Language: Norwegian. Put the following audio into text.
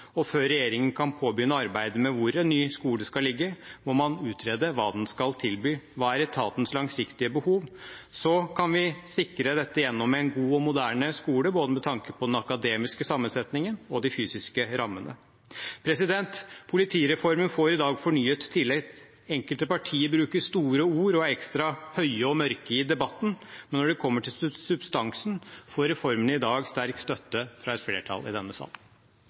og før regjeringen kan påbegynne arbeidet med hvor en ny skole skal ligge, må man utrede hva den skal tilby, hva som er etatens langsiktige behov, og så kan vi sikre dette gjennom en god og moderne skole, med tanke på både den akademiske sammensetningen og de fysiske rammene. Politireformen får i dag fornyet tillit. Enkelte partier bruker store ord og er ekstra høye og mørke i debatten, men når det kommer til substansen, får reformen i dag sterk støtte fra et flertall i denne sal.